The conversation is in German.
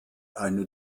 eine